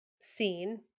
seen